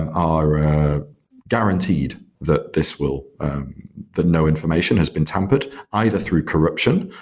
are guaranteed that this will the no information has been tampered either through corruption,